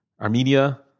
Armenia